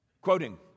Quoting